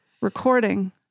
recording